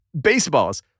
baseballs